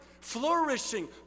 flourishing